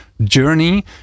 journey